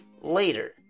later